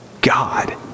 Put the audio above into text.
God